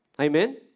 Amen